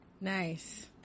Nice